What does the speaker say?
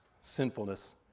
sinfulness